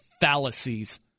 fallacies